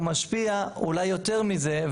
הוא משפיע אולי יותר מזה,